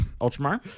Ultramar